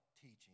teaching